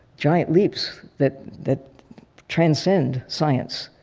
giant leaps that that transcend science,